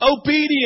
Obedience